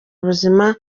ubuzima